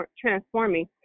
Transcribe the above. transforming